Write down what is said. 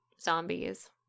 zombies